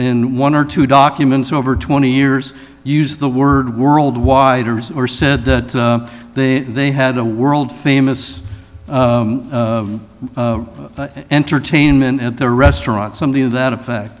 in one or two documents over twenty years use the word worldwide hers or said that they they had a world famous entertainment at the restaurant something to that effect